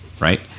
right